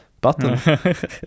button